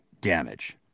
damage